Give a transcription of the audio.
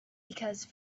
because